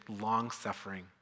long-suffering